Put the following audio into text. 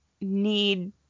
need